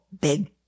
big